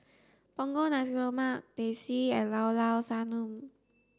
Punggol Nasi Lemak Teh C and Llao Llao Sanum